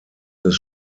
des